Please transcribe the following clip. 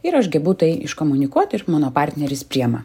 ir aš gebu tai iškomunikuot ir mano partneris priema